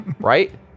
Right